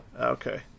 Okay